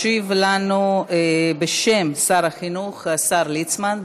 ישיב לנו, בשם שר החינוך השר ליצמן.